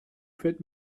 faites